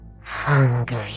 hungry